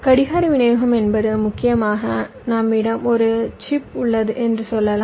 கடிகார விநியோகம் என்பது முக்கியமாக நம்மிடம் ஒரு சிப் உள்ளது என்று சொல்லலாம்